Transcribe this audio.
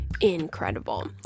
incredible